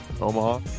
Omaha